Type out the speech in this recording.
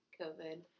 COVID